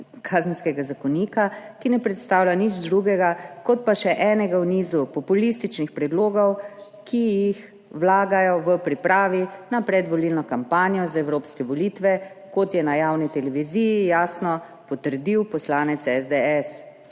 Kazenskega zakonika, ki ne predstavlja nič drugega kot pa še enega v nizu populističnih predlogov, ki jih vlagajo v pripravi na predvolilno kampanjo za evropske volitve, kot je na javni televiziji jasno potrdil poslanec SDS.